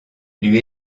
lui